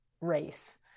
race